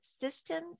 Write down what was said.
systems